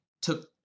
took